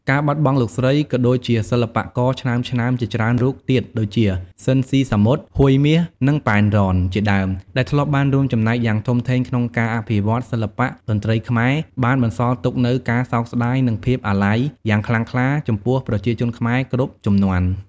ការបាត់បង់លោកស្រី ក៏ដូចជាសិល្បករឆ្នើមៗជាច្រើនរូបទៀត ដូចជា ស៊ីន ស៊ីសាមុត ហួយមាស និង ប៉ែនរ៉ន ជាដើម ដែលធ្លាប់បានរួមចំណែកយ៉ាងធំធេងក្នុងការអភិវឌ្ឍសិល្បៈតន្ត្រីខ្មែរ បានបន្សល់ទុកនូវ ការសោកស្ដាយ និង ភាពអាល័យ យ៉ាងខ្លាំងក្លាចំពោះប្រជាជនខ្មែរគ្រប់ជំនាន់។